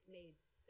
made